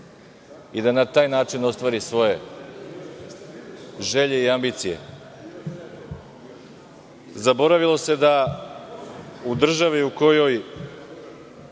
i da na taj način ostvari svoje želje i ambicije. Zaboravilo se da u državi u kojoj